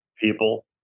People